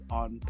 on